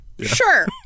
Sure